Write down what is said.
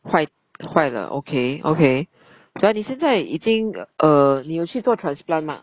坏坏了 okay okay but 你现在已经 err 你有去做 transplant mah